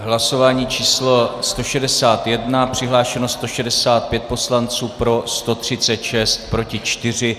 Hlasování číslo 161, přihlášeno 165 poslanců, pro 136, proti 4.